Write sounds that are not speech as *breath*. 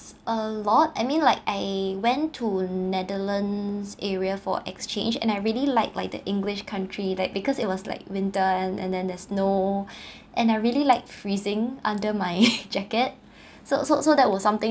a lot I mean like I went to netherlands area for exchange and I really like like the english country like because it was like winter and then there's snow *breath* and I really like freezing under my *laughs* jacket so so so that was something